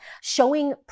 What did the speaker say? showing